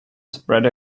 spread